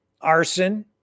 arson